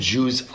Jews